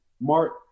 Mark